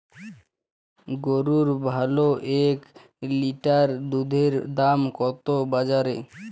গরুর ভালো এক লিটার দুধের দাম কত বাজারে?